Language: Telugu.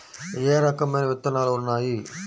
ఏ రకమైన విత్తనాలు ఉన్నాయి?